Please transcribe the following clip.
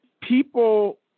people